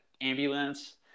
ambulance